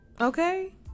okay